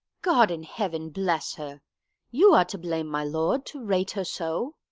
god in heaven bless her you are to blame, my lord, to rate her so.